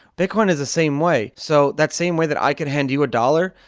bitcoin is the same way. so that same way that i could hand you a dollar,